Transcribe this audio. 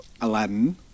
Aladdin